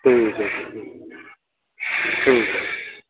ठीक ऐ भी ठीक ऐ